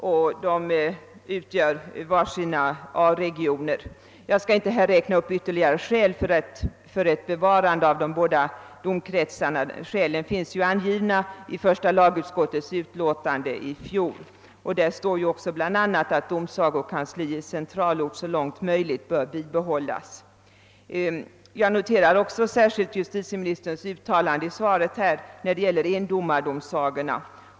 De bildar också var för sig en A region. Jag skall inte nu räkna upp ytterligare skäl för ett bevarande av båda dessa domkretsar. Dessa skäl finns angivna i första lagutskottets utlåtande förra året i detta ärende. Där uttalas bl.a. också att domsagokansli i centralort så långt möjligt bör bibehållas. Jag noterar även särskilt justitieministerns uttalande beträffande endomardomsagorna.